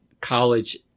college